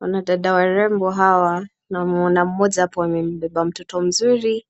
Wanadada warembo hawa, namwona mmoja hapo amembeba mtoto mzuri